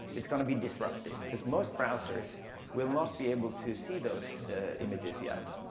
it's going to be disruptive. because most browsers will not be able to see those images yet.